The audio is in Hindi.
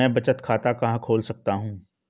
मैं बचत खाता कहां खोल सकता हूं?